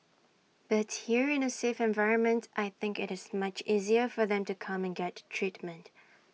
but here in A safe environment I think IT is much easier for them to come and get treatment